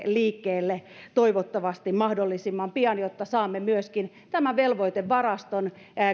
liikkeelle toivottavasti mahdollisimman pian jotta saamme myöskin tämän velvoitevaraston